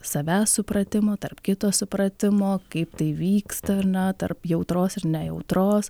savęs supratimo tarp kito supratimo kaip tai vyksta ar na tarp jautros ir nejautros